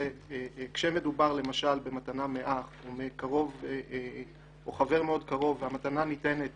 זה כשמדובר למשל במתנה מאח או מקרוב או חבר מאוד קרוב והמתנה ניתנת